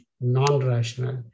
non-rational